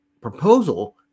proposal